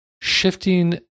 shifting